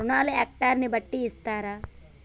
రుణాలు హెక్టర్ ని బట్టి ఇస్తారా?